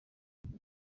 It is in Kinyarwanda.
amabi